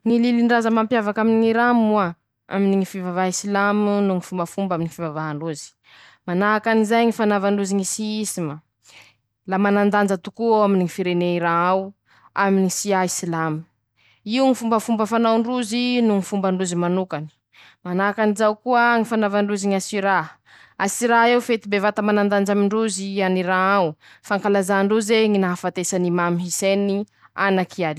Ñy lilindraza mampiavaky amin'Iran moa: Aminy ñy fivavaha silamo noho ñy fombafomba aminy ñy fivavaha ndrozy, manahakan'izay ñy fanaova ndrozy ñy sisima, la manandanja tokoeo aminy ñy firene Iran ao, aminy ñ'isia silamo, io fombafomba fanao ndrozy noho ñy fomba ndrozy manokany, manahakanjao koa ñy fanaova ndrozy ñ'asirà, asirà eo fety bevata manadanja amindrozy ii an'Iran ao, fankalazà ndrozy ñy nahafatesan'i Mamy Hiseny ana.